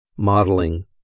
Modeling